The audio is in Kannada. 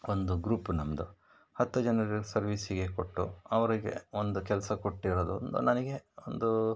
ಒಂದು ಗ್ರೂಪ್ ನಮ್ಮದು ಹತ್ತು ಜನರಿಗೆ ಸರ್ವೀಸಿಗೆ ಕೊಟ್ಟು ಅವರಿಗೆ ಒಂದು ಕೆಲಸ ಕೊಟ್ಟಿರೋದು ನನಗೆ ಒಂದು